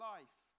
Life